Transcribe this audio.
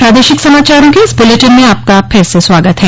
प्रादेशिक समाचारों के इस बुलेटिन में आपका फिर से स्वागत है